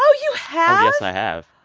so you have? yes, i have.